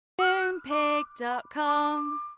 Moonpig.com